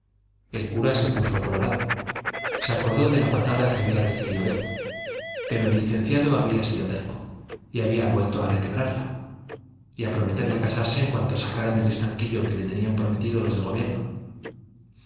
a bofetadas el cura se puso colorado se acordó de la patada que había recibido él pero el licenciado había sido terco y había vuelto a requebrarla y a prometerla casarse en cuanto sacaran el estanquillo que le tenían prometido los del gobierno